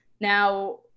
now